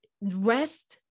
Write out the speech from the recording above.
Rest